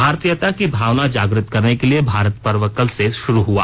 भारतीयता की भावना जाग्रत करने के लिए भारत पर्व कल से शुरू हुआ